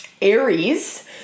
Aries